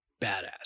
badass